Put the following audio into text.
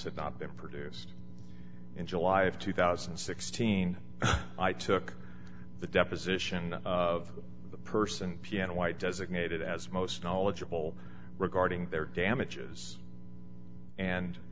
had not been produced in july of two thousand and sixteen i took the deposition of the person piano white designated as most knowledgeable regarding their damages and